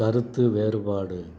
கருத்து வேறுபாடு